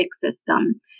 system